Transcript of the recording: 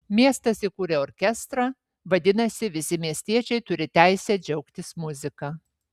miestas įkūrė orkestrą vadinasi visi miestiečiai turi teisę džiaugtis muzika